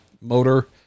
motor